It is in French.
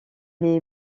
les